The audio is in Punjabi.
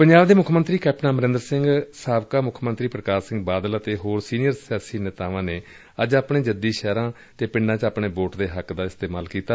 ਪੰਜਾਬ ਦੇ ਮੁੱਖ ਮੰਤਰੀ ਕੈਪਟਨ ਅਮਰਿੰਦਰ ਸਿੰਘ ਸਾਬਕਾ ਮੁੱਖ ਮੰਤਰੀ ਪ੍ਰਕਾਸ਼ ਸਿੰਘ ਬਾਦਲ ਅਤੇ ਹੋਰ ਸੀਨੀਅਰ ਸਿਆਸੀ ਨੇਤਾਵਾਂ ਨੇ ਅੱਜ ਆਪਣੇ ਜੱਦੀ ਸ਼ਹਿਗਾਂ ਅਤੇ ਪਿੰਡਾਂ ਚ ਆਪਣੇ ਵੋਟ ਦੇ ਹੱਕ ਦਾ ਇਸਤੇਮਾਲ ਕੀਤਾ